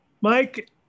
Mike